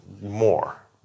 more